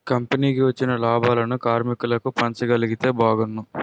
కంపెనీకి వచ్చిన లాభాలను కార్మికులకు పంచగలిగితే బాగున్ను